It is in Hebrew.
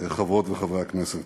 חברות וחברי הכנסת,